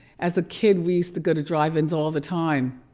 as a kid we used to go to drive-ins all the time.